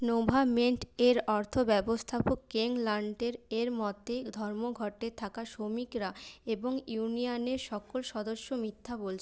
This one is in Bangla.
নোভামেডের অর্থ ব্যবস্থাপক কেং লান্টেরের মতে ধর্মঘটে থাকা শ্রমিকরা এবং ইউনিয়ানের সকল সদস্য মিথ্যা